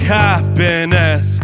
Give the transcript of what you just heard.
happiness